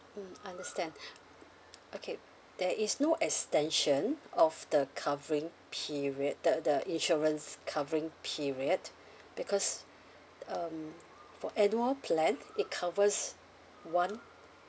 mm understand okay there is no extension of the covering period the the insurance covering period because um for annual plan it covers one